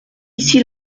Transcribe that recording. ici